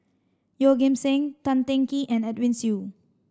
Yeoh Ghim Seng Tan Teng Kee and Edwin Siew